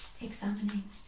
examining